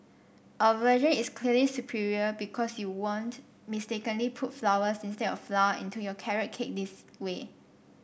our version is clearly superior because you won't mistakenly put flowers instead of flour into your carrot cake this way